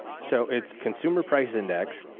so it's consumer price index,